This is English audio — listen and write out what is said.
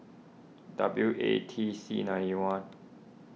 W A T C ninety one